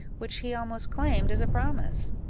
which he almost claimed as a promise.